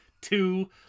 Two